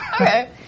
Okay